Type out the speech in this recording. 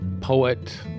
poet